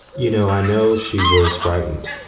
you know, i know she was frightened.